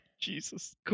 Jesus